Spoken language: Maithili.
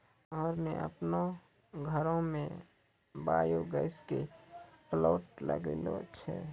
मनोहर न आपनो घरो मॅ बायो गैस के प्लांट लगैनॅ छै